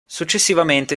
successivamente